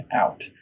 out